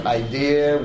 idea